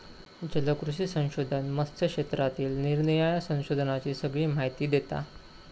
जलकृषी संशोधन मत्स्य क्षेत्रातील निरानिराळ्या संशोधनांची सगळी माहिती देता